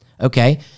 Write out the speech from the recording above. okay